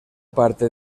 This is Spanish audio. parte